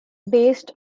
based